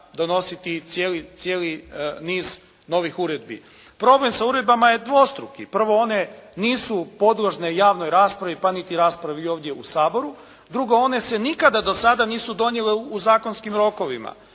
odnositi cijeli niz novih uredbi. Problem sa uredbama je dvostruki. Prvo one nisu podložne javnoj raspravi pa niti raspravi ovdje u Saboru. Drugo, one se nikada do sada nisu donijele u zakonskim rokovima